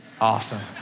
Awesome